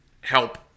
help